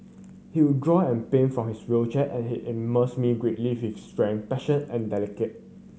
he would draw and paint from his wheelchair and he in most me greatly with his strength passion and delicate